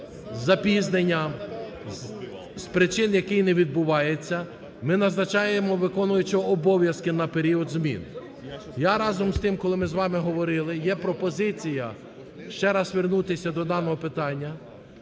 з запізненням з причин "який не відбувається", ми назначаємо виконуючого обов'язки на період змін. Я, разом з тим, коли ми з вами говорили, є пропозиція ще раз вернутися до даного питання,